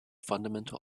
fundamental